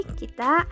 kita